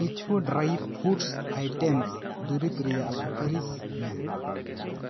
ᱠᱤᱪᱷᱩ dry food items ᱫᱩᱨᱤᱵᱽ ᱨᱮᱭᱟᱜ ᱥᱩᱯᱟᱨᱤᱥ ᱢᱮ